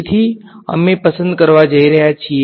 તેથી અમે પસંદ કરવા જઈ રહ્યા છીએ